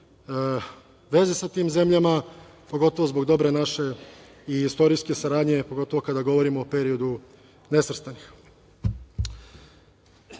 veze sa tim zemljama, pogotovo zbog dobre naše istorijske saradnje, pogotovo kada govorimo o periodu nesvrstanih.Među